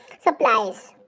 supplies